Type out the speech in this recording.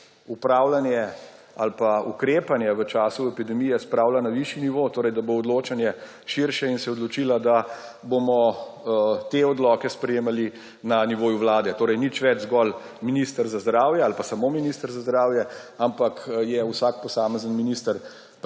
upravljanje ali pa ukrepanje v času epidemije spravila na višji nivo, torej da bo odločanje širše, in se je odločila, da bomo te odloke sprejemali na nivoju Vlade, torej nič več zgolj minister za zdravje ali samo minister za zdravje, ampak je vsak posamezni minister